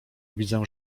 widzę